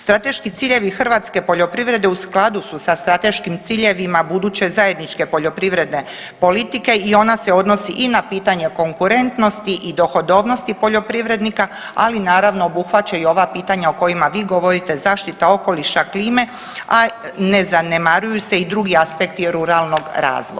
Strateški ciljevi hrvatske poljoprivrede u skladu su sa strateškim ciljevima buduće zajedničke poljoprivredne politike i ona se odnosi i na pitanje konkurentnosti i dohodovnosti poljoprivrednika, ali naravno obuhvaća i ova pitanja o kojima vi govorite, zaštita okoliša, klime a ne zanemaruju se i drugi aspekti ruralnog razvoja.